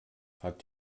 hat